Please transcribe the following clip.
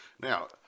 Now